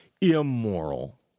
immoral